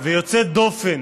ויוצאת דופן